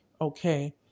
okay